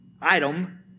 item